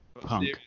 punk